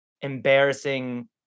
embarrassing